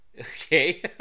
Okay